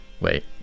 Wait